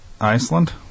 Iceland